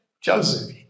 Joseph